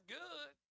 good